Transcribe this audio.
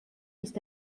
ist